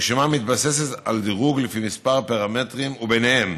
הרשימה מתבססת על דירוג לפי כמה פרמטרים, ובהם: